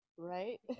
Right